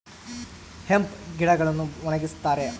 hemp ಗಿಡಗಳನ್ನು ಒಣಗಸ್ತರೆ